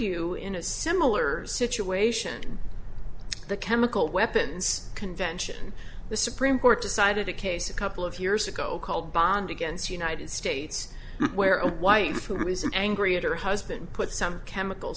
you in a similar situation the chemical weapons convention the supreme court decided a case a couple of years ago called bond against united states where a wife who was angry at her husband put some chemical